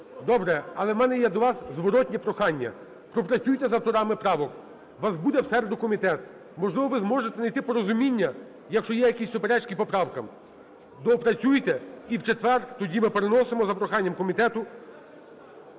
Добре. Але в мене є до вас зворотне прохання: пропрацюйте з авторами правок, у вас буде в середу комітет, можливо, ви зможете знайти порозуміння. Якщо є якісь суперечки по правкам, доопрацюйте, і в четвер тоді ми переносимо, за проханням комітету.